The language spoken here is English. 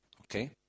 Okay